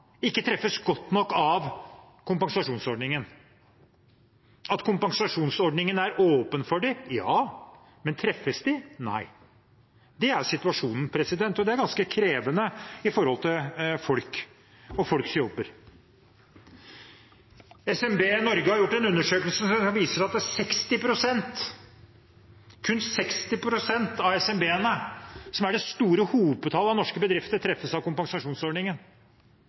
åpen for det, ja, men treffes de? Nei. Det er situasjonen, og det er ganske krevende for folk og folks jobber. SMB Norge har gjort en undersøkelse som viser at 60 pst. – kun 60 pst. – av SMB-ene, som er det store hopetallet av norske bedrifter, treffes av kompensasjonsordningen.